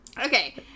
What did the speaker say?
Okay